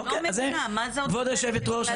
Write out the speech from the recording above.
אני לא מבינה מה זה -- כבוד יושבת הראש,